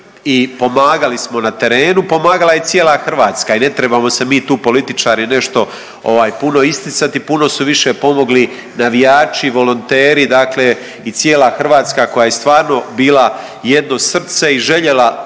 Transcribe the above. i pomagali smo na terenu, pomagala je cijela Hrvatska i ne trebamo se mi tu političari nešto puno isticati, puno su više pomogli navijači, volonteri, dakle i cijela Hrvatska koja je stvarno bila jedno srce i željela